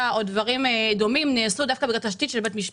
למשל שהגיעו לשיח הציבורי בזכות פסיקות של בית המשפט.